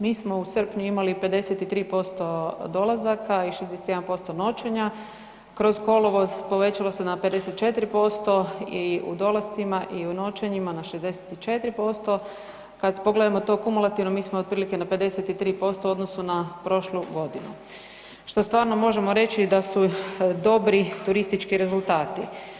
Mi smo u srpnju imali 53% dolazaka i 61% noćenja, kroz kolovoz povećalo se na 54% i u dolascima i noćenjima na 64%. kada pogledamo to kumulativno mi smo otprilike na 53% u odnosu na prošlu godinu, što stvarno možemo reći da su dobri turistički rezultati.